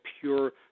pure